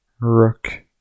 Rook